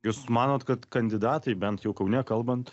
jūs manot kad kandidatai bent jau kaune kalbant